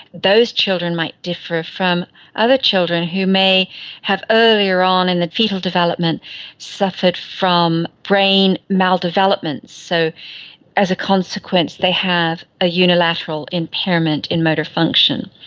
those children might differ from other children who may have earlier on in their fetal development suffered from brain maldevelopment. so as a consequence they have a unilateral impairment in motor function.